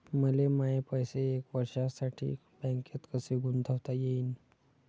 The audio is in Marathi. मले माये पैसे एक वर्षासाठी बँकेत कसे गुंतवता येईन?